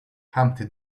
humpty